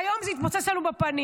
והיום זה התפוצץ לנו בפנים.